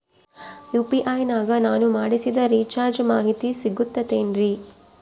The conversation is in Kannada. ಯು.ಪಿ.ಐ ನಾಗ ನಾನು ಮಾಡಿಸಿದ ರಿಚಾರ್ಜ್ ಮಾಹಿತಿ ಸಿಗುತೈತೇನ್ರಿ?